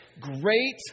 great